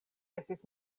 estis